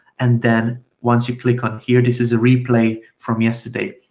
and then once you click on here, this is a replay from yesterday.